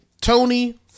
Tony